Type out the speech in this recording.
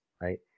right